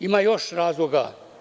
Ima još razloga.